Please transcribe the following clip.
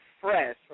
fresh